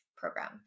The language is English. program